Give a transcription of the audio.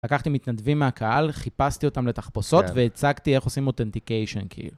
לקחתי מתנדבים מהקהל, חיפשתי אותם לתחפושות, והצגתי איך עושים אותנטיקיישן, כאילו.